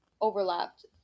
overlapped